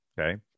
Okay